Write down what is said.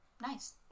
Nice